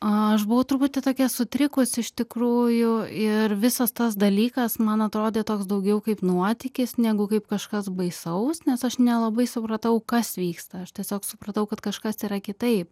aš buvau truputį tokia sutrikus iš tikrųjų ir visas tas dalykas man atrodė toks daugiau kaip nuotykis negu kaip kažkas baisaus nes aš nelabai supratau kas vyksta aš tiesiog supratau kad kažkas yra kitaip